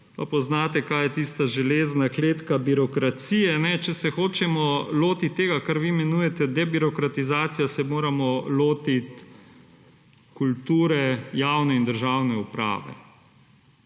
poznate, kaj je tista »železna kletka birokracije«. Če se hočemo lotiti tega, kar vi imenujete debirokratizacija, se moramo lotiti kulture javne in državne uprave,